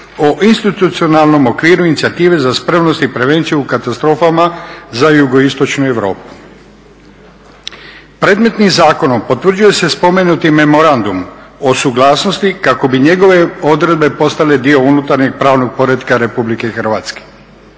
o institucionalnom okviru za spremnost i prevenciju u katastrofama za jugoistočnu Europu. Predmetnim zakonom potvrđuje se spomenuti memorandum o suglasnosti kako bi njegove odredbe postale dio unutarnjeg pravnog poretka RH.